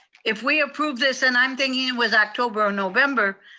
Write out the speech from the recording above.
if we approved this, and i'm thinking it was october or november,